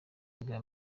ubwa